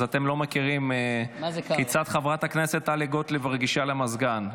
אז אתם לא מכירים כיצד חברת הכנסת טלי גוטליב רגישה למזגן.